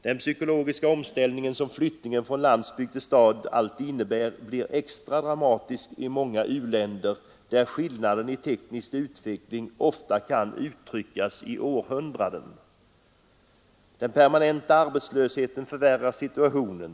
Den psykologiska omställning som flyttningen från landsbygd till stad alltid innebär blir extra drastisk i många u-länder, där skillnaden i teknisk utveckling ofta kan anges i århundraden. Den permanenta arbetslösheten förvärrar situationen.